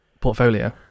portfolio